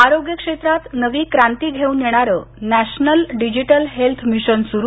आरोग्य क्षेत्रात नवी क्रांती घेऊन येणारं नॅशनल डिजिटल हेल्थ मिशनसूरू